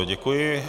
Děkuji.